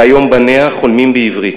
והיום בניה חולמים בעברית.